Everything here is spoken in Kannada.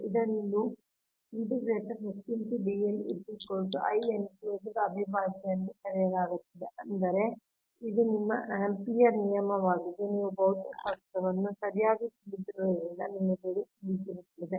ಇದನ್ನು ಲೂಪ್ ಅವಿಭಾಜ್ಯ ಎಂದು ಕರೆಯಲಾಗುತ್ತದೆ ಅಂದರೆ ಇದು ನಿಮ್ಮ ಆಂಪಿಯರ್ ನಿಯಮವಾಗಿದ್ದು ನೀವು ಭೌತಶಾಸ್ತ್ರವನ್ನು ಸರಿಯಾಗಿ ತಿಳಿದಿರುವುದರಿಂದ ನಿಮಗೆ ತಿಳಿದಿದೆ